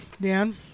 Dan